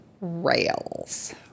rails